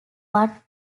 what